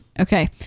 Okay